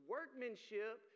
Workmanship